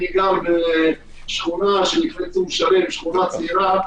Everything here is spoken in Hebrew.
אני גר בשכונה צעירה